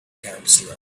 counselor